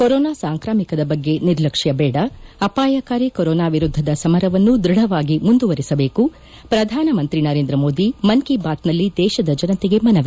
corona ಸಾಂಕ್ರಾಮಿಕದ ಬಗ್ಗೆ ನಿರ್ಲಕ್ಷ್ಲ ಬೇದ ಅಪಾಯಕಾರಿ ಕೊರೊನಾ ವಿರುದ್ದದ ಸಮರವನ್ನು ದ್ವಧವಾಗಿ ಮುಂದುವರಿಸಬೇಕು ಪ್ರಧಾನಮಂತಿ ನರೇಂದ ಮೋದಿ ಮನ್ ಕಿ ಬಾತ್ನಲ್ಲಿ ದೇಶದ ಜನತೆಗೆ ಮನವಿ